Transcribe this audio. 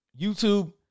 YouTube